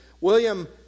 William